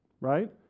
right